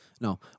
No